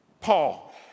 Paul